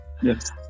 Yes